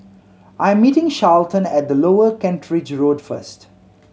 I am meeting Charlton at Lower Kent Ridge Road first